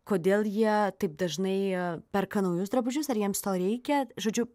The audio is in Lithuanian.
kodėl jie taip dažnai perka naujus drabužius ar jiems to reikia žodžiu